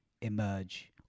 emerge